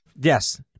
Yes